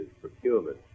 procurement